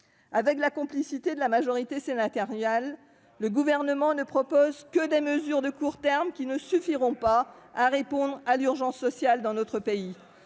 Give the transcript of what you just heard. Avec la complicité de la majorité sénatoriale, ... On n'a rien fait !... le Gouvernement ne propose que des mesures de court terme, qui ne suffiront pas à répondre à l'urgence sociale dans notre pays.